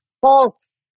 false